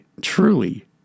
truly